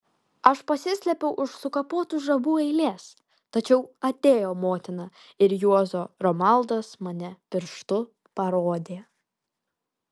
aš pasislėpiau už sukapotų žabų eilės tačiau atėjo motina ir juozo romaldas mane pirštu parodė